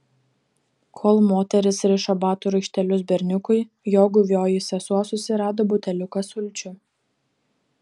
kol moteris rišo batų raištelius berniukui jo guvioji sesuo susirado buteliuką sulčių